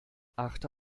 achte